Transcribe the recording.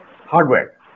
hardware